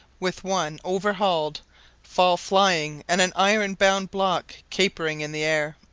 with one overhauled fall flying and an iron-bound block capering in the air,